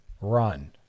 run